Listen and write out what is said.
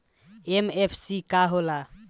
MFC का होला?